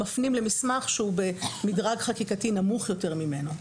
מפנים למסמך שהוא במדרג חקיקתי נמוך יותר ממנו,